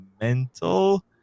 mental